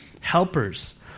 helpers